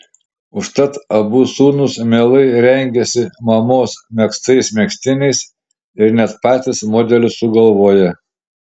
užtat abu sūnūs mielai rengiasi mamos megztais megztiniais ir net patys modelius sugalvoja